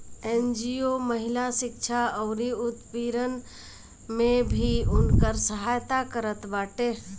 NGO महिला शिक्षा अउरी उत्पीड़न में भी उनकर सहायता करत बाटे